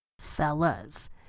Fellas